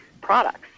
products